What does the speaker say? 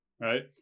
right